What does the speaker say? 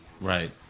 Right